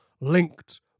linked